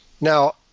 Now